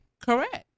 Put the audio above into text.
Correct